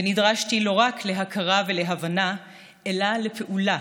ונדרשתי לא רק להכרה ולהבנה אלא לפעולה